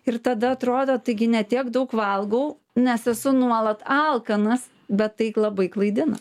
ir tada atrodo taigi ne tiek daug valgau nes esu nuolat alkanas bet tai labai klaidina